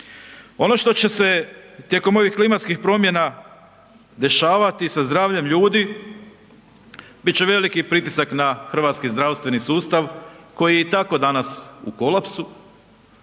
Ono što će se tijekom ovih klimatskih promjena dešavati sa zdravljem ljudi bit će veliki pritisak na hrvatski zdravstveni sustav koji je i tako danas u kolapsu.